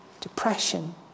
depression